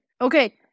Okay